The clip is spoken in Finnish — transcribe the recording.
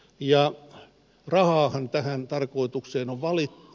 ja rahaahan tähän tarkoitukseen on valittu